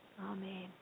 Amen